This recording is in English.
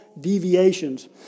deviations